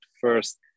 first